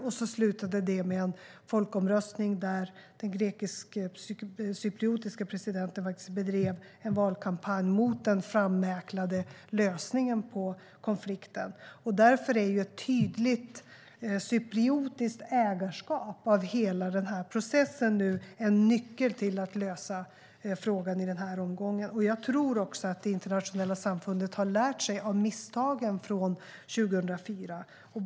Det slutade med en folkomröstning där den cypriotiske presidenten bedrev en valkampanj mot den frammäklade lösningen på konflikten. Därför är ett tydligt cypriotiskt ägarskap av hela processen nu en nyckel till att lösa frågan i denna omgång. Jag tror också att det internationella samfundet har lärt sig av misstagen från 2004.